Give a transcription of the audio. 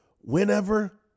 Whenever